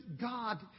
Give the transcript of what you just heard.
God